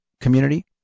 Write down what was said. community